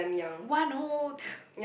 one whole